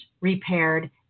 repaired